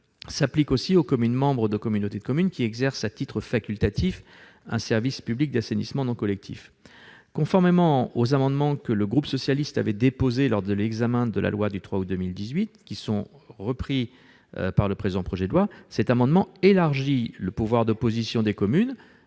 vaut aussi pour les communes membres des communautés de communes qui exercent à titre facultatif un service public d'assainissement non collectif, ou Spanc. Conformément aux amendements déposés par le groupe socialiste lors de l'examen de la loi du 3 août 2018, repris par le présent projet de loi, cet amendement vise à élargir le pouvoir d'opposition des communes